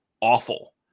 Awful